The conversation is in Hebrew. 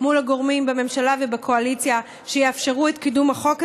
מול הגורמים בממשלה ובקואליציה שיאפשרו את קידום החוק הזה.